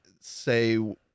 say